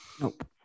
Nope